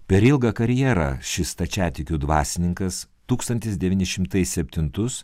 per ilgą karjerą šis stačiatikių dvasininkas tūkstantis devyni šimtai septintus